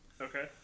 Okay